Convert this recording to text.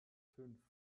fünf